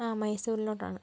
ആ മൈസൂരിലോട്ട് ആണ്